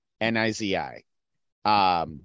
N-I-Z-I